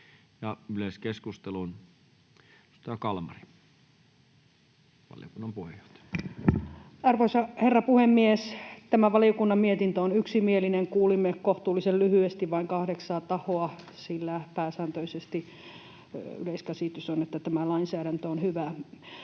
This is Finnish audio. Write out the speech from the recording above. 20:28 Content: Arvoisa herra puhemies! Tämä valiokunnan mietintö on yksimielinen. Kuulimme kohtuullisen lyhyesti vain kahdeksaa tahoa, sillä pääsääntöisesti yleiskäsitys on, että tämä lainsäädäntö on hyvä.